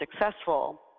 successful